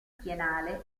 schienale